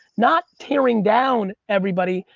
not tearing down everybody,